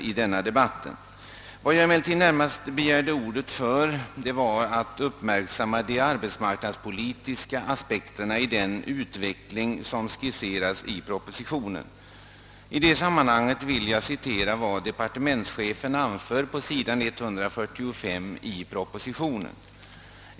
Jag begärde emellertid närmast ordet för att uppmärksamma de arbetsmarknadspolitiska aspekterna i den utveckling som skisserats i propositionen. I det sammanhanget vill jag citera vad departementschefen anför på s. 145 i propositionen!